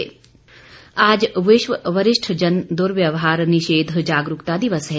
वरिष्ठ जन आज विश्व वरिष्ठ जन दुर्व्यवहार निषेध जागरूकता दिवस है